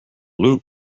loot